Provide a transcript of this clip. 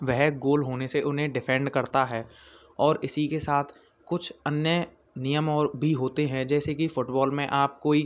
वह गोल होने से उन्हें डिफे़ंड करता है और इसी के साथ कुछ अन्य नियम और भी होते हैं जैसे कि फ़ुटबॉल में आप कोई